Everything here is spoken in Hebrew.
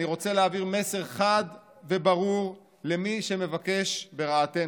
אני רוצה להעביר מסר חד וברור למי שמבקש ברעתנו: